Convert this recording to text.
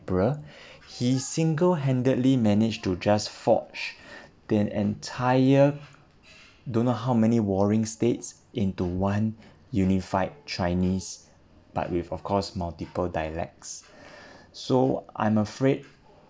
emperor he single-handedly managed to just forge the entire don't know how many warring states into one unified chinese but with of course multiple dialects so I'm afraid